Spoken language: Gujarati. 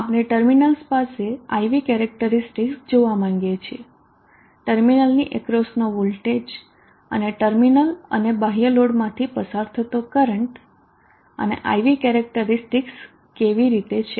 આપણે ટર્મિનલ્સ પાસે IV કેરેક્ટરીસ્ટિકસ જોવા માંગીએ છીએ ટર્મિનલની અક્રોસનો વોલ્ટેજ અને ટર્મિનલ અને બાહ્ય લોડમાંથી પસાર થતો કરંટ અને I V કેરેક્ટરીસ્ટિકસ કેવી રીતે છે